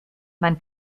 man